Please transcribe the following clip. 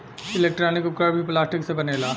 electronic उपकरण भी plastic से बनेला